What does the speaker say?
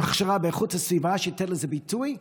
הכשרה באיכות הסביבה שייתן לזה ביטוי?